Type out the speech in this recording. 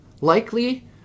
likely